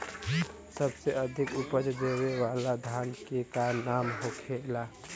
सबसे अधिक उपज देवे वाला धान के का नाम होखे ला?